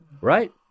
right